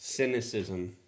Cynicism